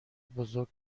بزرگ